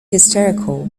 hysterical